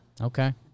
Okay